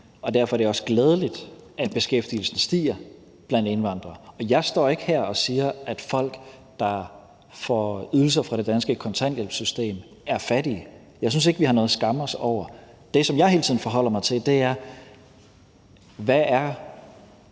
og derfor er det også glædeligt, at beskæftigelsen stiger blandt indvandrere. Jeg står ikke her og siger, at folk, der får ydelser fra det danske kontanthjælpssystem, er fattige. Jeg synes ikke, vi har noget at skamme os over. Det, som jeg hele tiden forholder mig til, er forskellen